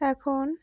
এখন